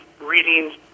reading